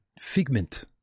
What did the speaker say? figment